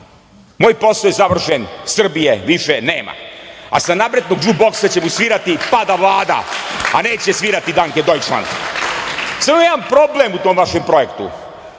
moj posao je završen, Srbija je više nema, sa naprednog džuboksa će mu svirati pada Vlada, a neće svirati „danke dojčland“.Samo ima jedan problem u tom vašem projektu,